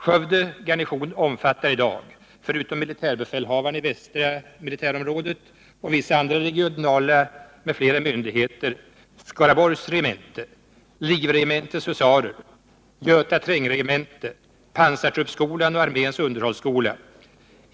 Skövde garnison omfattar i dag, förutom militärbefälhavaren i Västra militärområdet och vissa andra regionala m.fl. myndigheter, Skaraborgs regemente, Livregementets husarer, Göta trängregemente, pansartruppsskolan och arméns underhållsskola.